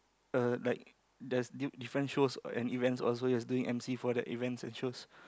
uh like there's di~ different shows and event also he's doing emcee for the events and shows